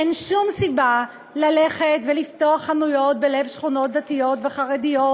אין שום סיבה ללכת ולפתוח חנויות בלב שכונות דתיות וחרדיות,